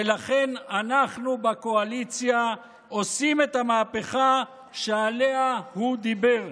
ולכן אנחנו בקואליציה עושים את המהפכה שעליה הוא דיבר.